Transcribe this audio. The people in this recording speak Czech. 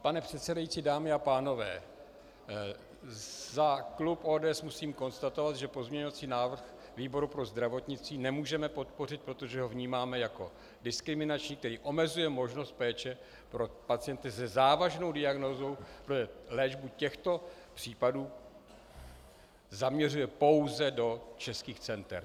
Pane předsedající, dámy a pánové, za klub ODS musím konstatovat, že pozměňovací návrh výboru pro zdravotnictví nemůžeme podpořit, protože ho vnímáme jako diskriminační, který omezuje možnost péče pro pacienty se závažnou diagnózou, protože léčbu těchto případů zaměřuje pouze do českých center.